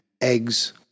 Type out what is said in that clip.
eggs